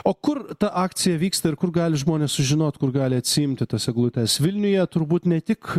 o kur ta akcija vyksta ir kur gali žmonės sužinot kur gali atsiimti tas eglutes vilniuje turbūt ne tik